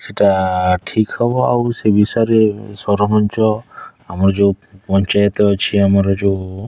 ସେଇଟା ଠିକ୍ ହେବ ଆଉ ସେ ବିଷୟରେ ସରପଞ୍ଚ ଆମର ଯେଉଁ ପଞ୍ଚାୟତ ଅଛି ଆମର ଯେଉଁ